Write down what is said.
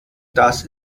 das